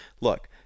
look